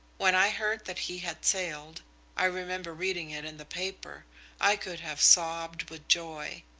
when i heard that he had sailed i remember reading it in the paper i could have sobbed with joy.